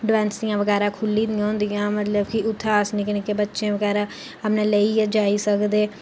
डिसपेंसरियां बगैरा खुल्ली दियां होन्दियां मतलब कि उत्थै अस निक्के निक्के बच्चे बगैरा अपने लेेइयै जाई सकदे